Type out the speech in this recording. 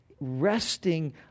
resting